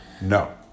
No